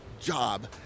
job